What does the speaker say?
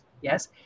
yes